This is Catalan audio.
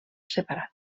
separat